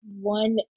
one